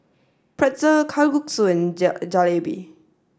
Pretzel Kalguksu and Jalebi